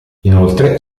inoltre